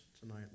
tonight